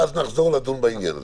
ואז נחזור לדון בעניין הזה.